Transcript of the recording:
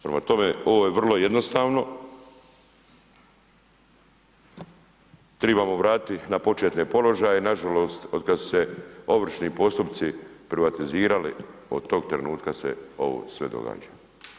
Prema tome, ovo je vrlo jednostavno, trebamo vratiti na početne položaje, nažalost od kada su se ovršni postupci privatizirali od tog trenutka se ovo sve događa.